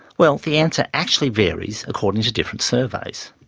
well, the answer actually varies, according to different surveys.